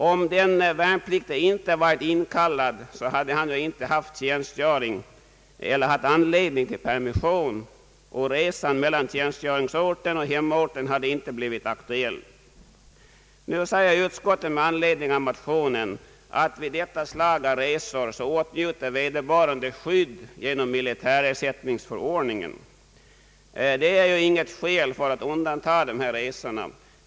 Om den värnpliktige inte varit inkallad hade han ju inte haft anledning till permission, och resan mellan tjänstgöringsorten och hemorten hade inte blivit aktuell. Nu säger utskottet med anledning av motionen att vid detta slag av resor åtnjuter vederbörande skydd genom militärersättningsförordningen. Det är ju inget skäl för att undanta dessa resor.